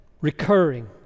recurring